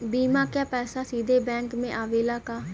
बीमा क पैसा सीधे बैंक में आवेला का?